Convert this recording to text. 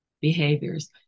behaviors